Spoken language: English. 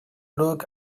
look